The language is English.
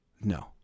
No